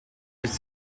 ist